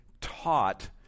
taught